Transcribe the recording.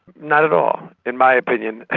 not at all, in my opinion.